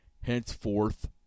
henceforth